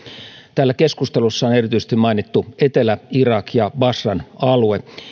täällä keskustelussa on erityisesti mainittu etelä irak ja basran alue